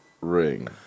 ring